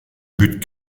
but